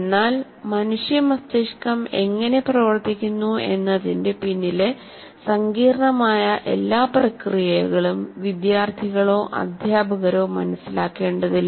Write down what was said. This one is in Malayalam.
എന്നാൽ മനുഷ്യ മസ്തിഷ്കം എങ്ങനെ പ്രവർത്തിക്കുന്നു എന്നതിന്റെ പിന്നിലെ സങ്കീർണ്ണമായ എല്ലാ പ്രക്രിയകളും വിദ്യാർത്ഥികളോ അധ്യാപകരോ മനസ്സിലാക്കേണ്ടതില്ല